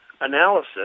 analysis